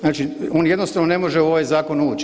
Znači, on jednostavno ne može u ovaj zakon ući.